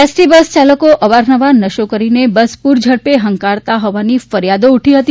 ST bus ચાલકો અવાર નવાર નશો કરીને બસ પુર ઝડપે ફંકારતા ફોવાની ફરિયાદો ઉઠી છે